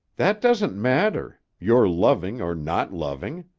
that doesn't matter. your loving or not loving.